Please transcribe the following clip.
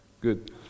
Good